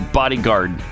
bodyguard